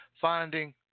finding